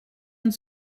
und